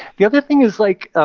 the other thing is, like, ah